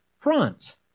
front